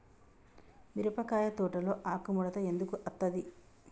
మిరపకాయ తోటలో ఆకు ముడత ఎందుకు అత్తది?